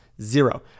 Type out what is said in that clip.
zero